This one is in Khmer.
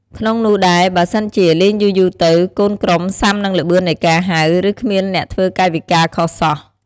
ក្នុងនោះដែរ បើសិនជា លេងយូរៗទៅ កូនក្រុមសាំនឹងល្បឿននៃការហៅ ឬគ្មានអ្នកធ្វើកាយវិការខុសសោះ។